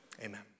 Amen